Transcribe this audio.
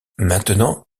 maintenant